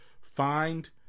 find